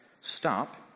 Stop